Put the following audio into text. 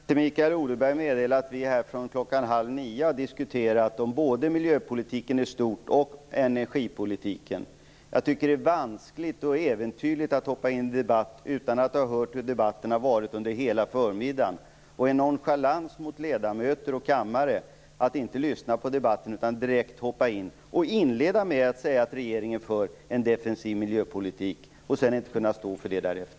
Herr talman! Jag vill till Mikael Odenberg meddela att vi här sedan klockan halv tio har diskuterat både miljöpolitiken i stort och energipolitiken. Jag tycker att det är vanskligt och äventyrligt att hoppa in i en debatt utan att ha hört hela debatten under förmiddagen. Det är en nonchalans mot ledamöter och kammare att inte lyssna på debatten utan direkt hoppa in i debatten, inleda med att säga att regeringen för en defensiv miljöpolitik och därefter inte kunna stå för det.